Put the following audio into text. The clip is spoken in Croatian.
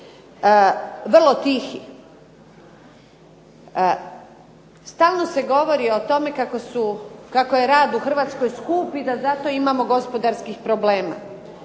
vrlo tihi. Stalno se govori o tome kako je rad u Hrvatskoj skup i da zato imamo gospodarskih problema.